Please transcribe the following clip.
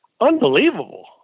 unbelievable